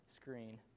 screen